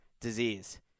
disease